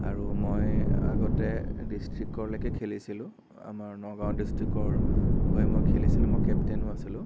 আৰু মই আগতে ডিষ্ট্ৰিকৰলেকে খেলিছিলোঁ আমাৰ নগাঁও ডিষ্ট্ৰিকৰ হৈ মই খেলিছিলোঁ মই কেপ্তেইনো আছিলোঁ